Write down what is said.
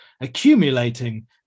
accumulating